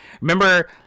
Remember